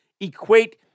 equate